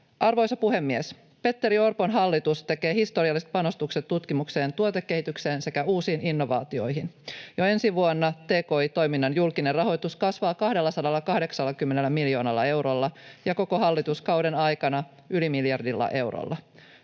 Arvoisa puhemies! Petteri Orpon hallitus tekee historialliset panostukset tutkimukseen, tuotekehitykseen sekä uusiin innovaatioihin. Jo ensi vuonna tki-toiminnan julkinen rahoitus kasvaa 280 miljoonalla eurolla ja koko hallituskauden aikana yli miljardilla eurolla.